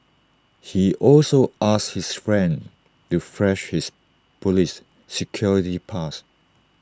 he also asked his friend to flash his Police security pass